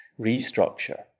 restructure